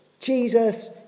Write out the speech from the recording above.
Jesus